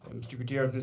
mr. gutierrez,